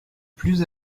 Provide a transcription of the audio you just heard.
plus